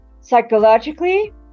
Psychologically